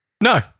No